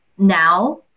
now